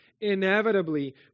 Inevitably